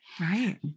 Right